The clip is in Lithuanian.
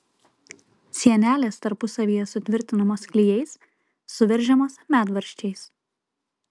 sienelės tarpusavyje sutvirtinamos klijais suveržiamos medvaržčiais